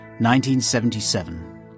1977